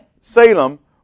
Salem